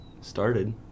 started